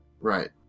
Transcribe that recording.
Right